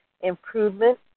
Improvement